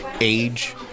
age